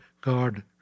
God